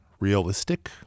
realistic